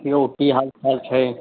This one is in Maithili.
की यौ की हाल चाल छै